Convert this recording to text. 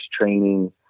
training